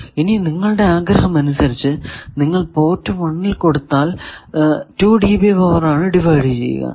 ഇനി നിങ്ങളുടെ ആഗ്രഹമനുസരിച്ചു നിങ്ങൾ പോർട്ട് 1 ൽ കൊടുത്താൽ2 dB പവർ ആണ് ഡിവൈഡ് ചെയ്തു കിട്ടുക